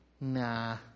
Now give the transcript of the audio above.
Nah